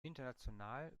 international